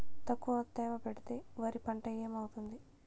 తక్కువ తేమ పెడితే వరి పంట ఏమవుతుంది